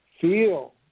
feel